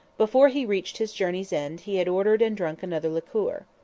before he reached his journey's end he had ordered and drunk another liqueur.